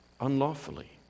unlawfully